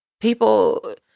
People